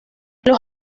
los